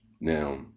Now